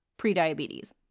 prediabetes